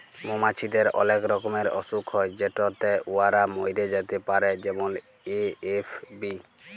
মমাছিদের অলেক রকমের অসুখ হ্যয় যেটতে উয়ারা ম্যইরে যাতে পারে যেমল এ.এফ.বি